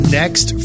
next